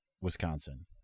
Wisconsin